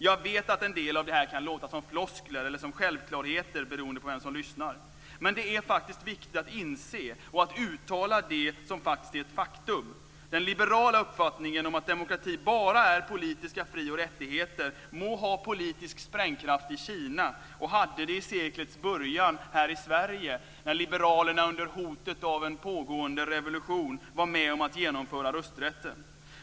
Jag vet att en del av det här kan låta som floskler eller som självklarheter, beroende på vem som lyssnar. Men det är faktiskt viktigt att inse och uttala det som faktiskt är ett faktum: Den liberala uppfattningen om att demokrati bara är politiska fri och rättigheter må ha politisk sprängkraft i Kina, och den hade det i seklets början här i Sverige när liberalerna under hotet av en pågående revolution var med om att genomföra rösträtten.